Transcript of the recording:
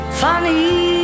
funny